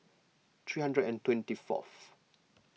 three hundred and twenty fourth